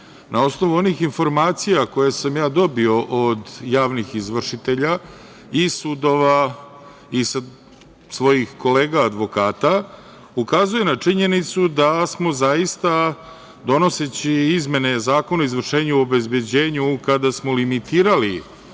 Na osnovu onih informacija koje sam ja dobio od javnih izvršitelja i sudova i svojih kolega advokata, ukazuju na činjenicu da smo zaista donoseći izmene Zakona o izvršenju i obezbeđenju, kada smo limitirali